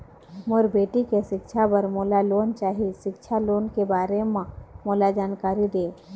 मोर बेटी के सिक्छा पर मोला लोन चाही सिक्छा लोन के बारे म मोला जानकारी देव?